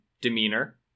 demeanor